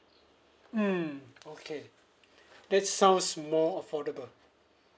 mm okay that sounds more affordable